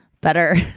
Better